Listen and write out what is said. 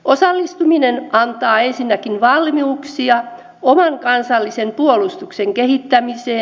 osallistuminen antaa ensinnäkin valmiuksia oman kansallisen puolustuksen kehittämiseen